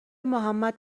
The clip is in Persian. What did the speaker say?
محمد